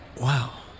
Wow